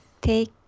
take